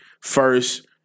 first